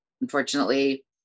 unfortunately